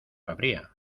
habría